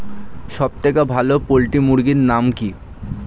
সবথেকে ভালো পোল্ট্রি মুরগির নাম কি?